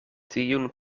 tiun